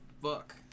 Book